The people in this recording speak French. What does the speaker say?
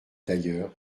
d’ailleurs